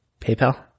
PayPal